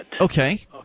Okay